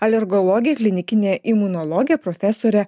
alergologė klinikinė imunologė profesorė